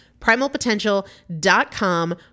Primalpotential.com